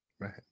Right